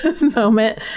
moment